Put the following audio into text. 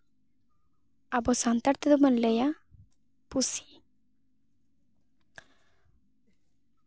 ᱟᱵᱚ ᱥᱟᱱᱛᱟᱲ ᱛᱮᱫᱚ ᱵᱚᱱ ᱞᱟᱹᱭᱟ ᱯᱩᱥᱤ